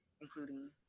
including